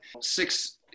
six